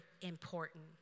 important